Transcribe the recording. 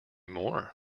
more